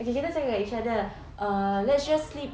okay kita tengok each other uh let's just sleep